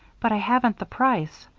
but i haven't the price.